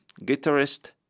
guitarist